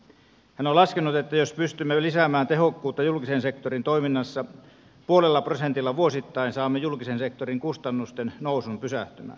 hän on laskenut että jos pystymme lisäämään tehokkuutta julkisen sektorin toiminnassa puolella prosentilla vuosittain saamme julkisen sektorin kustannusten nousun pysähtymään